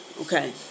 Okay